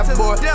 boy